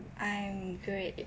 I'm great